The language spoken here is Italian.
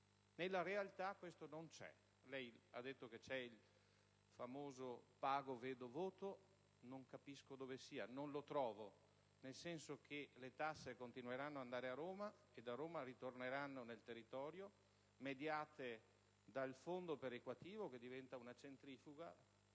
Nella realtà questo non c'è. Lei, Ministro, ha parlato del famoso «pago, vedo, voto», ma non capisco dove sia, non lo trovo, nel senso che le tasse continueranno ad arrivare a Roma, da dove ritorneranno poi sul territorio, mediate dal fondo perequativo, che diventa così una "centrifuga",